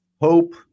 Hope